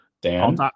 dan